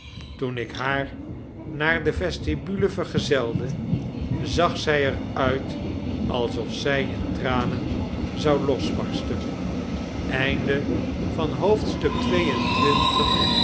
toen ik haar naar de vestibule vergezelde zag zij er uit alsof zij in tranen zou losbarsten xxiii